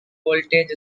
voltage